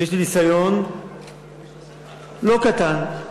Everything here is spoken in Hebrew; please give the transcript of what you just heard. ויש לי ניסיון לא קטן,